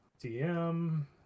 DM